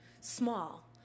Small